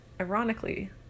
ironically